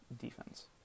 defense